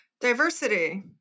Diversity